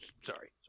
sorry